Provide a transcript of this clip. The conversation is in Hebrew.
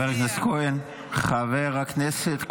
חבר הכנסת כהן,